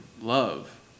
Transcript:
love